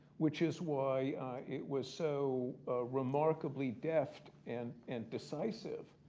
which is why it was so remarkably deft and and decisive